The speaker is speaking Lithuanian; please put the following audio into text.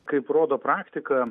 kaip rodo praktika